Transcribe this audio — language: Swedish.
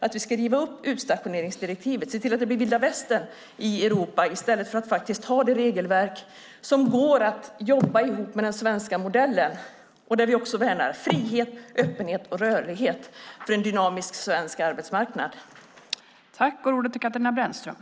Ska vi riva upp utstationeringsdirektivet och se till att det blir vilda västern i Europa i stället för att ha det regelverk som går att jobba ihop med den svenska modellen? Där värnar vi också frihet, öppenhet och rörlighet för en dynamisk svensk arbetsmarknad.